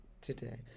today